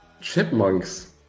Chipmunks